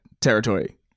territory